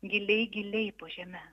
giliai giliai po žeme